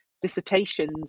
dissertations